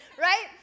right